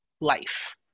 Life